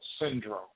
Syndrome